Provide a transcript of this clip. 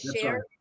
share